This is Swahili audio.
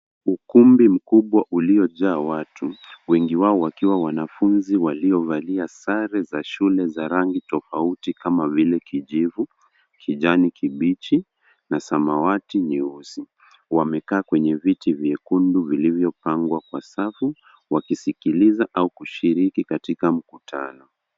Ukumbi mkubwa uliojaa watu , wengi wao wakiwa wanafunzi waliovalia sare za shule za rangi tofauti kama vile kijivu, kijani kibichi na samawati nyeusi. Wamekaa kwenye viti vyekundu vilivyopangwa kwa safu wakisikiliza au kushiriki katika mkutano.